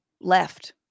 left